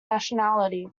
nationality